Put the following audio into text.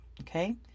Okay